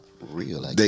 real